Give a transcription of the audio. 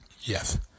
Yes